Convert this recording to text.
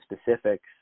specifics